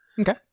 Okay